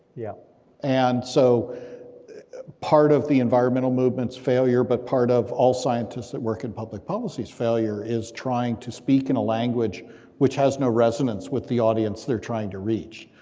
yeah and so part of the environmental movement's failure, but part of all scientists that work in public policies failure is trying to speak in a language which has no resonance with the audience they're trying to reach.